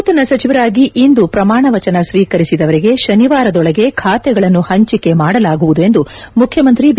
ನೂತನ ಸಚಿವರಾಗಿ ಇಂದು ಪ್ರಮಾಣ ವಚನ ಸ್ವೀಕರಿಸಿದವರಿಗೆ ಶನಿವಾರದೊಳಗೆ ಖಾತೆಗಳನ್ನು ಹಂಚಿಕೆ ಮಾಡಲಾಗುವುದು ಎಂದು ಮುಖ್ಯಮಂತ್ರಿ ಬಿ